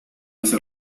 hace